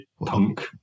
punk